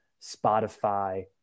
Spotify